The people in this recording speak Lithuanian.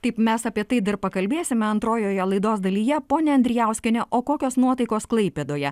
taip mes apie tai dar pakalbėsime antrojoje laidos dalyje ponia andrijauskiene o kokios nuotaikos klaipėdoje